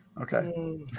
Okay